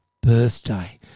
birthday